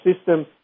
system